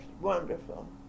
wonderful